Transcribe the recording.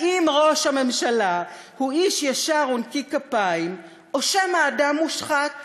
האם ראש הממשלה הוא איש ישר ונקי כפיים או שמא אדם מושחת